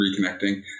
reconnecting